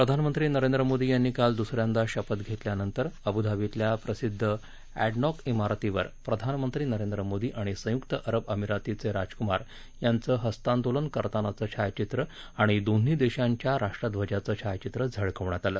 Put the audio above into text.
प्रधानमंत्री नरेंद्र मोदी यांनी काल दुसऱ्यांदा शपथ घेतल्यानंतर अबुधाबीतल्या प्रसिद्ध अॅडनॉक इमारतीवर प्रधानमंत्री नरेंद्र मोदी आणि संयुक्त अरब अमिरातीचे राजकुमार यांचं हस्तांदोलन करतानाचं छायाचित्र आणि दोन्ही देशांच्या राष्ट्रध्वजाचं छायाचित्र झळकवण्यात आलं